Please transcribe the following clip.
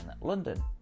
London